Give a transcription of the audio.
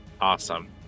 Awesome